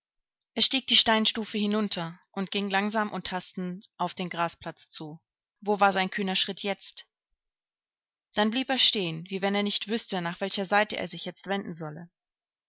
er stieg die steinstufe hinunter und ging langsam und tastend auf den grasplatz zu wo war sein kühner schritt jetzt dann blieb er stehen wie wenn er nicht wüßte nach welcher seite er sich jetzt wenden solle